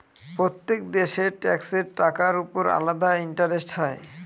প্রত্যেক দেশের ট্যাক্সের টাকার উপর আলাদা ইন্টারেস্ট হয়